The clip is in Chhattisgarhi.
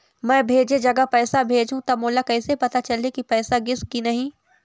मैं भेजे जगह पैसा भेजहूं त मोला कैसे पता चलही की पैसा गिस कि नहीं?